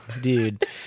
dude